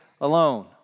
alone